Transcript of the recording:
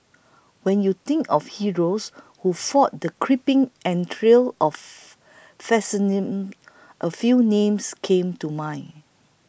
when you think of heroes who fought the creeping entrails of fascism a few names came to mind